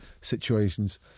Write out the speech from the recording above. situations